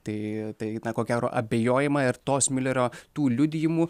tai tai ko gero abejojama ir tos miulerio tų liudijimų